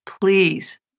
Please